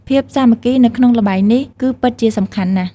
ភាពសាមគ្គីនៅក្នុងល្បែងនេះគឺពិតជាសំខាន់ណាស់។